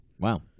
Wow